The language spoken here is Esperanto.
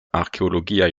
arkeologiaj